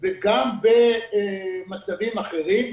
וגם במצבים אחרים.